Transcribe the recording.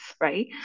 right